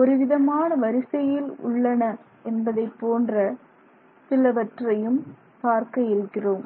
ஒருவிதமான வரிசையில் உள்ளன என்பதைப் போன்ற சிலவற்றை பார்க்க இருக்கிறோம்